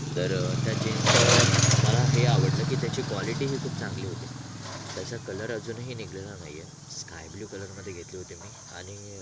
तर त्याची मला हे आवडलं की त्याची क्वालिटी ही खूप चांगली होती त्याचा कलर अजूनही निघालेला नाही आहे स्कायब्लू कलरमध्ये घेतली होती मी आणि